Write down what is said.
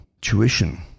tuition